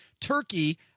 turkey